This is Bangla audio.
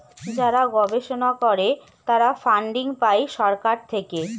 যারা গবেষণা করে তারা ফান্ডিং পাই সরকার থেকে